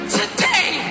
today